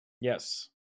Yes